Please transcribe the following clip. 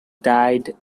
died